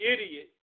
Idiot